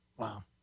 Wow